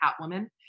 Catwoman